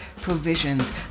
provisions